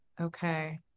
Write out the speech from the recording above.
Okay